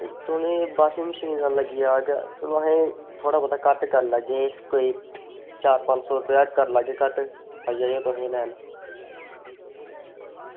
तुसें washing machine दा लग्गी जाह्ग चलो असें थोह्ड़ा बहोत घट्ट करी लैगे कोई चार पंज सौ रपेआ करी लैगे घट्ट आई जायो तुस लैन